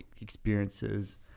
experiences